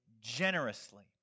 generously